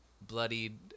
bloodied